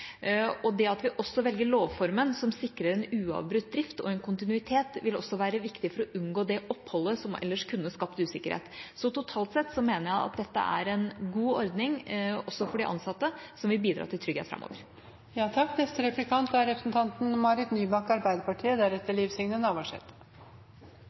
og en kontinuitet, vil også være viktig for å unngå det oppholdet som ellers kunne skapt usikkerhet. Så totalt sett mener jeg at dette er en god ordning også for de ansatte, som vil bidra til trygghet framover. Statsråden omtaler nå AIM som en viktig del av norsk forsvarsindustri. Det betyr at hun er